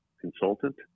consultant